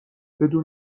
بدون